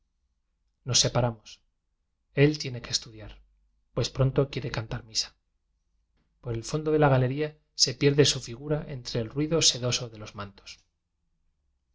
nos separamos él tiene que estudiar pues pronto quiere cantar misa por el fon do de la galería se pierde su figura entre el ruido sedoso de los mantos